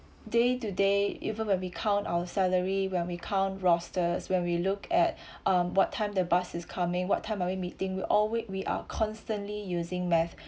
day to day even when we count our salary when we count rosters when we look at um what time the bus is coming what time are we meeting we all wait we are constantly using math